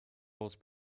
wars